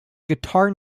guitar